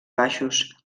baixos